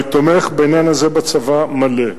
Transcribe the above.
אני תומך בעניין הזה בצבא, מלא.